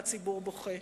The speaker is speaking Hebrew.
והציבור בוכה.